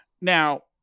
Now